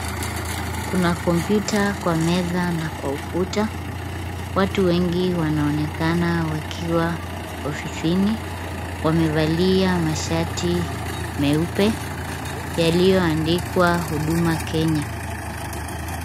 Kuna kompyuta kwa meza na kwa ukuta. Watu wengi wanaonekana wakiwa ofisini. Wamevalia mashati meupe yaliyoandikwa huduma Kenya.